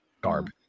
garb